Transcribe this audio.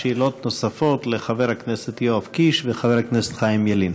שאלות נוספות לחבר הכנסת יואב קיש וחבר הכנסת חיים ילין.